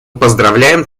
поздравляем